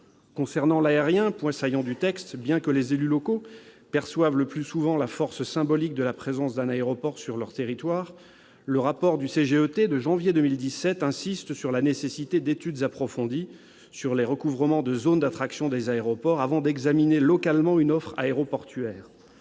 Concernant l'aérien, point saillant du texte, bien que les élus locaux perçoivent le plus souvent la force symbolique de la présence d'un aéroport sur leur territoire, le rapport du Commissariat général à l'égalité des territoires, le CGET, de janvier 2017 insiste sur la nécessité d'études approfondies sur les recouvrements de zones d'attraction des aéroports, avant d'examiner localement une offre aéroportuaire.